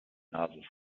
nase